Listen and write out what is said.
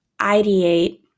ideate